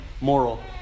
moral